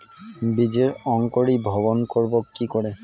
বীজের অঙ্কোরি ভবন করব কিকরে?